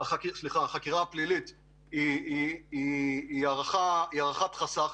החקירה הפלילית היא הערכת חסך.